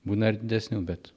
būna ir didesnių bet